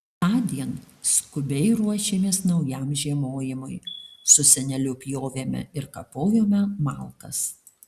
tądien skubiai ruošėmės naujam žiemojimui su seneliu pjovėme ir kapojome malkas